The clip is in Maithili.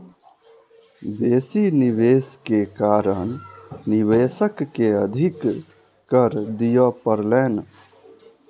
बेसी निवेश के कारण निवेशक के अधिक कर दिअ पड़लैन